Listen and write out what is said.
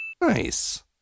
Nice